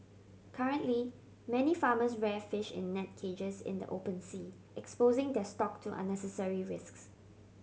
currently many farmers rear fish in net cages in the open sea exposing their stock to unnecessary risks